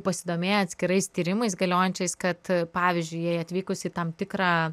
pasidomėję atskirais tyrimais galiojančiais kad pavyzdžiui jei atvykus į tam tikrą